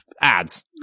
ads